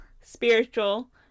spiritual